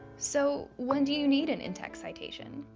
so when do you need an in-text citation?